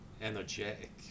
energetic